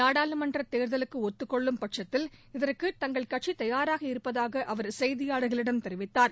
நாடாளுமன்ற தேர்தலுக்கு ஒத்துக்கொள்ளும் பட்சத்தில் இதற்கு தங்கள் கட்சி தயாராக இருப்பதாக அவர் செய்தியாளர்களிடம் தெரிவித்தார்